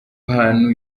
hantu